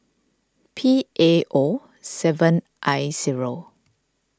P A O seven I zero